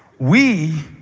we.